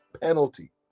penalty